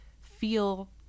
feel